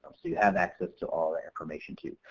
so you have access to all that information too.